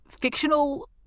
fictional